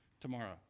tomorrow